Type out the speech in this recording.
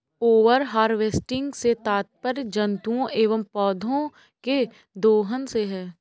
over harvesting से तात्पर्य जंतुओं एंव पौधौं के दोहन से है